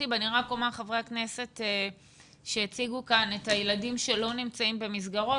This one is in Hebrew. אני רק אומר לחברי הכנסת שהציגו כאן את הילדים שלא נמצאים במסגרות,